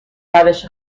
روش